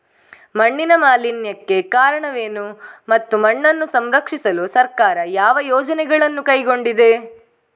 ಮಣ್ಣಿನ ಮಾಲಿನ್ಯಕ್ಕೆ ಕಾರಣವೇನು ಮತ್ತು ಮಣ್ಣನ್ನು ಸಂರಕ್ಷಿಸಲು ಸರ್ಕಾರ ಯಾವ ಯೋಜನೆಗಳನ್ನು ಕೈಗೊಂಡಿದೆ?